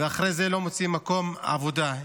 ואחרי זה לא מוצאים מקום עבודה.